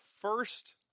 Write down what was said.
first